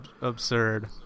absurd